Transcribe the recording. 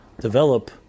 develop